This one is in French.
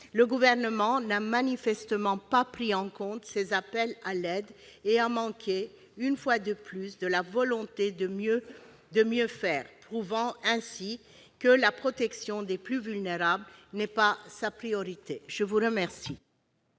Le Gouvernement n'a manifestement pas pris en compte ces appels à l'aide et a manqué, une fois de plus, de la volonté de mieux faire, prouvant ainsi que la protection des plus vulnérables n'était pas sa priorité. L'amendement